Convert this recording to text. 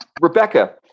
Rebecca